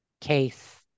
case